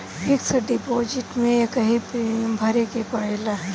fix deposit में एकही premium भरे के पड़ेला